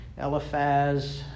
Eliphaz